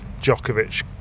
Djokovic